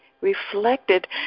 reflected